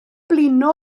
blino